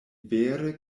vere